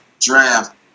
draft